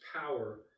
power